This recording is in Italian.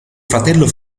fratello